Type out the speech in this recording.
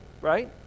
right